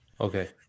okay